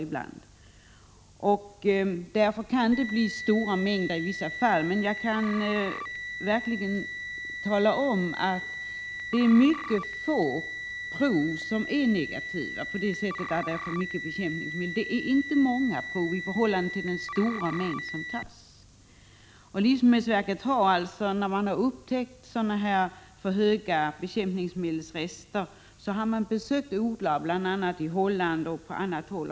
Jag kan tala om att det är mycket få prov som är negativa på det sättet att produkterna innehåller för mycket bekämpningsmedel — de är inte många i förhållande till den stora mängd prover som tas. Livsmedelsverket har, när verket upptäckt att det förekommit för höga bekämpningsmedelsrester, besökt odlare i Holland och på annat håll.